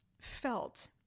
felt